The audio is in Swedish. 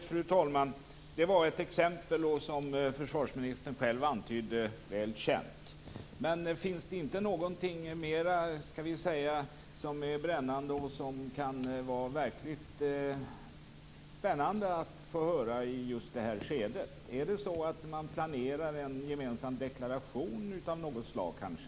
Fru talman! Det var, som försvarsministern själv antydde, ett exempel som är väl känt. Finns det inte någonting mer som är brännande och verkligt spännande att få höra i just det här skedet? Är det så att man planerar en gemensam deklaration av något slag kanske?